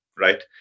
right